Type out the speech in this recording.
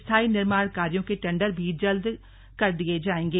स्थायी निर्माण कार्यो के टेण्डर भी जल्द कर दिये जायेंगे